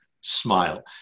smile